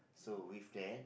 so with that